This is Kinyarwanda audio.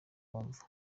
kumva